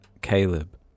Caleb